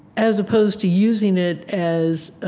as opposed to using it as